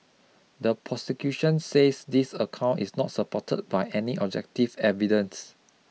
the prosecution says this account is not supported by any objective evidence